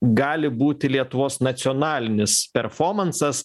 gali būti lietuvos nacionalinis perfomansas